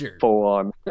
full-on